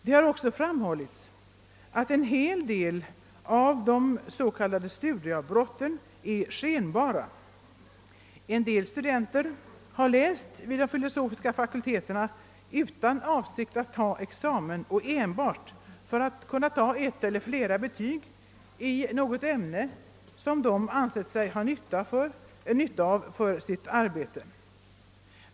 Det har också framhållits att en hel del av de s.k. studieavbrotten är skenbara; vissa studenter har läst vid de filosofiska fakulteterna utan avsikt att avlägga examen och enbart för att ta ett eller flera betyg i något ämne som de ansett sig ha nytta av för sitt arbete.